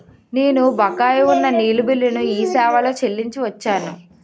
నేను బకాయి ఉన్న నీళ్ళ బిల్లును ఈ సేవాలో చెల్లించి వచ్చాను